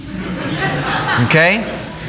Okay